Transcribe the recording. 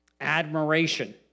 Admiration